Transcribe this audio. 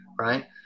right